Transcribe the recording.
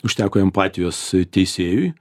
užteko empatijos teisėjui